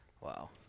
Wow